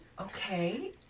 Okay